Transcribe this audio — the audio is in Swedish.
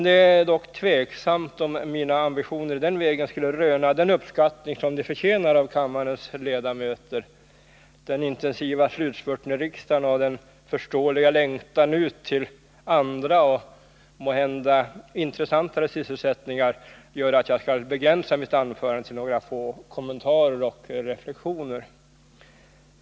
Det är dock tveksamt om mina ambitioner i den vägen skulle röna den uppskattning av kammarens ledamöter som de förtjänar. Den intensiva slutspurten i riksdagen och den förståeliga längtan ut till andra och måhända intressantare sysselsättningar gör att jag skall begränsa mitt anförande till några få kommentarer och reflexioner.